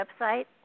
website